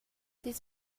this